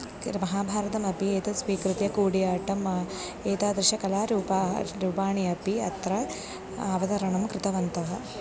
महाभारतमपि एतत् स्वीकृत्य कूडियाट्टम् एतादृश्यः कलारूपाणि रूपाणि अपि अत्र अवतरणं कृतवन्तः